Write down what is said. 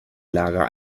lager